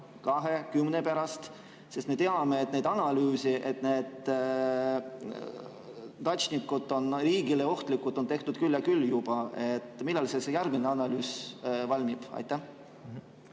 kahe, kümne pärast? Sest me teame, et neid analüüse, [mille kohaselt] need datšnikud on riigile ohtlikud, on tehtud küll ja küll juba. Millal siis järgmine analüüs valmib? Aitäh